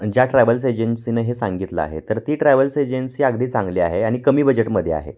ज्या ट्रॅवल्स एजन्सीनं हे सांगितलं आहे तर ती ट्रॅव्हल्स एजन्सी अगदी चांगली आहे आणि कमी बजेटमध्ये आहे